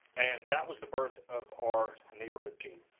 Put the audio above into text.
and that was the birth of our neighborhood team.